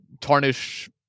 tarnish